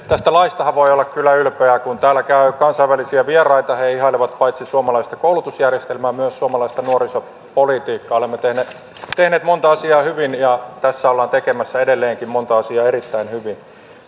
tästä laistahan voi olla kyllä ylpeä kun täällä käy kansainvälisiä vieraita he ihailevat paitsi suomalaista koulutusjärjestelmää myös suomalaista nuorisopolitiikkaa olemme tehneet monta asiaa hyvin ja tässä ollaan tekemässä edelleenkin montaa asiaa erittäin hyvin